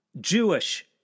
Jewish